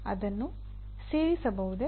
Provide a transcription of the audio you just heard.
ಅದನ್ನು ಸೇರಿಸಬಹುದೇ